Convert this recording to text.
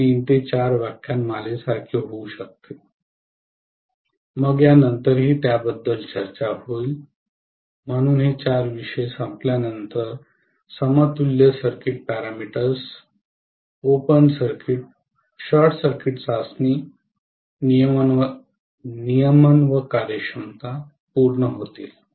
हे 3 ते 4 व्याख्यानमाले सारखे होऊ शकते मग या नंतरही त्या बद्दल चर्चा होईल म्हणून हे चार विषय संपल्यानंतर समतुल्य circuit parameters open circuit short circuit चाचणी नियमन व कार्यक्षमता पूर्ण होतील